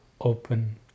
open